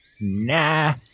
Nah